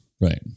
Right